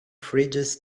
fridges